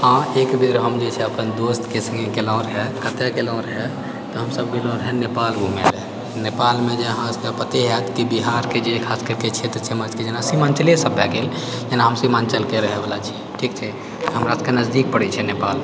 हँ एकबेर हम जे छै अपन दोस्तकेसङ्गे गेलहुँ रहऽ कतऽ गेलहुँ रहऽ तऽ हमसब गेलहुँ रहऽ नेपाल घुमे लऽ नेपालमे जे अहाँकेँ पते हाएत कि बिहारके जे खास करिके क्षेत्र छै हमरा सबके जेना सीमांचले सब भए गेल जेना हम सीमांचलके रहए वाला छी ठीक छै हमरा सबकेँ नजदीक पड़ैत छै नेपाल